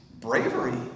bravery